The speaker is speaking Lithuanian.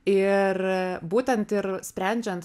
ir būtent ir sprendžiant